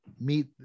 meet